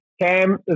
Cam